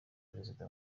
perezida